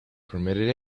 permitted